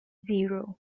zero